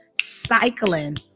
cycling